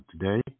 today